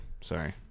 Sorry